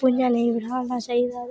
भुंञां नेईं बैठाना चाहिदा ते